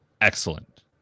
excellent